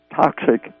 toxic